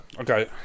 Okay